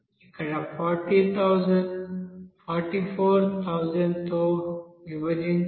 ఇక్కడ 40000 440000 తో విభజించబడింది